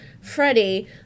Freddie